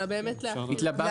אלא באמת להחריג.